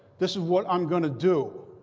this is what i'm going to do.